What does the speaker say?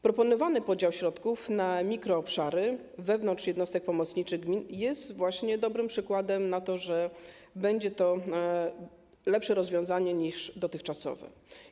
Proponowany podział środków na mikroobszary wewnątrz jednostek pomocniczych gmin jest właśnie dobrym przykładem tego, że będzie to lepsze rozwiązanie niż dotychczasowe.